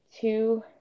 two